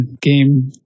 game